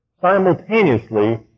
Simultaneously